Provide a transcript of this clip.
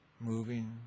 moving